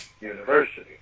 University